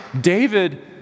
David